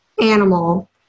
animal